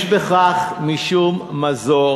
יש בכך משום מזור